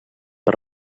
per